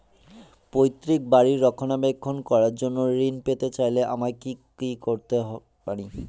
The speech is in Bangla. পৈত্রিক বাড়ির রক্ষণাবেক্ষণ করার জন্য ঋণ পেতে চাইলে আমায় কি কী করতে পারি?